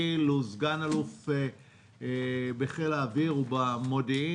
גיל הוא סגן אלוף בחיל האוויר ובמודיעין,